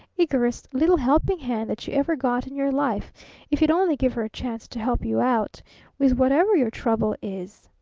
eagerest little helping hand that you ever got in your life if you'd only give her a chance to help you out with whatever your trouble is.